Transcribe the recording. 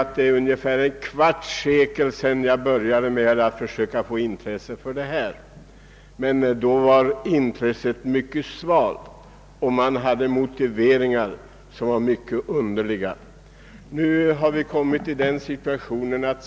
När jag för ett kvartssekel sedan började försöka skapa en opinion för åtgärder på detta område, så var intresset mycket svagt, och man hade mycket underliga motiveringar för att motsätta sig sådana åtgärder.